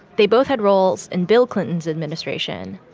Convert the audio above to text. they both had roles in bill clinton's administration.